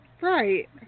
Right